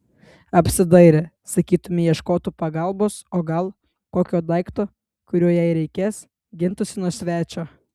apsidairė sakytumei ieškotų pagalbos o gal kokio daikto kuriuo jei reikės gintųsi nuo svečio